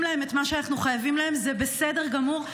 להם את מה שאנחנו חייבים להם זה בסדר גמור.